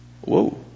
Whoa